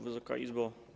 Wysoka Izbo!